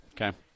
Okay